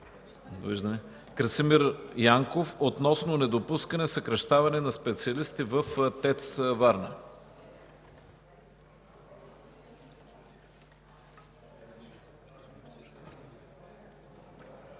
Красимир Янков относно недопускане съкращаване на специалисти в ТЕЦ „Варна”.